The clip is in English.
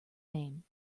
name